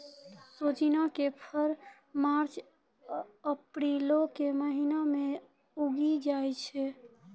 सोजिना के फर मार्च अप्रीलो के महिना मे उगि जाय छै